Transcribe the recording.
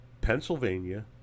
Pennsylvania